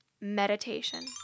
Meditation